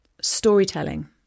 storytelling